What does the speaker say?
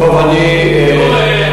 חבר הכנסת שטרן,